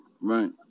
right